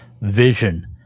vision